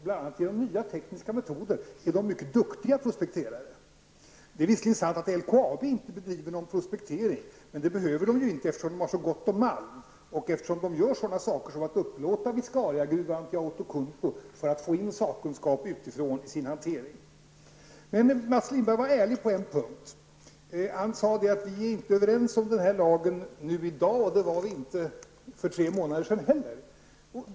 Bl.a. när det gäller nya tekniska metoder är de mycket duktiga prospekterare. Det är visserligen sant att LKAB inte bedriver någon prospektering, men det behövs inte eftersom det finns så gott om malm och eftersom man gör sådana saker som att upplåta Viscariagruvan till Outokumpu för att få in sakkunskap utifrån i sin hantering. Mats Lindberg var ärlig på en punkt. Han sade att vi inte är överens om lagen nu. Det var vi inte för tre månader sedan heller.